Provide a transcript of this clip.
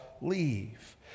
leave